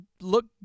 look